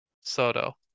Soto